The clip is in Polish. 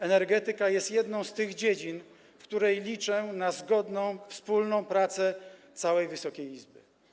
Energetyka jest jedną z tych dziedzin, w których liczę na zgodną, wspólną pracę całej Wysokiej Izby.